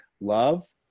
love